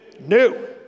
New